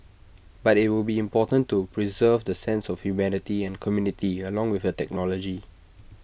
but IT will be important to preserve the sense of humanity and community along with the technology